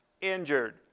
injured